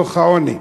דוח העוני.